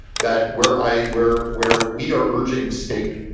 that where i where where we are urging state,